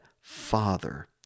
Father